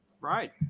right